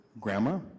grandma